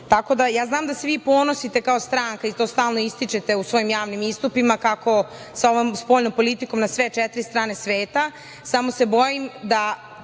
da, ja znam da se vi ponosite kao stranka i to stalno ističete u svojim javnim istupima kako sa ovom spoljnom politikom na sve četiri strane sveta, samo se bojim da